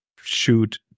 shoot